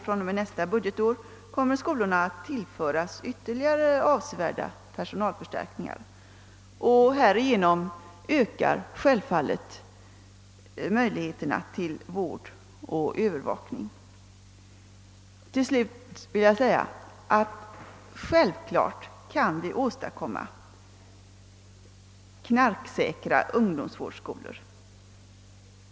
Från och med nästa budgetår kommer de att tillföras ytterligare avsevärda personalförstärkningar. Härigenom ökar självfallet möjligheterna till vård och övervakning. Naturligtvis kan vi åstadkomma »knarksäkra» ungdomsvårdsskolor.